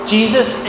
Jesus